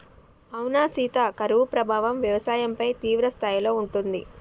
అవునా సీత కరువు ప్రభావం వ్యవసాయంపై తీవ్రస్థాయిలో ఉంటుంది